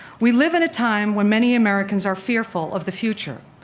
we live in a time when many americans are fearful of the future.